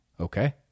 okay